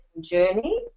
journey